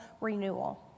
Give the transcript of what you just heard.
renewal